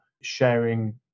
sharing